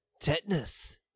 Tetanus